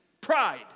pride